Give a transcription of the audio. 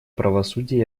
правосудия